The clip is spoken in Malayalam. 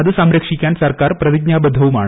അത് സംരക്ഷിക്കാൻ സർക്കാർ പ്രതിജ്ഞാബദ്ധവുമാണ്